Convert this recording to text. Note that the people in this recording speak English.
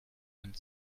and